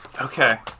Okay